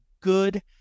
good